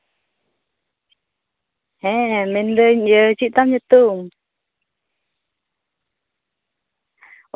ᱦᱮᱸ ᱦᱮᱸ ᱢᱮᱱᱫᱟᱹᱧ ᱪᱮᱫ ᱛᱟᱢ ᱧᱩᱛᱩᱢ